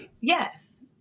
Yes